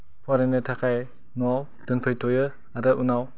फरायनो थाखाय न'आव दोनफैथयो आरो उनाव